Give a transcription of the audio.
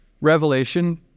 Revelation